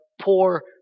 poor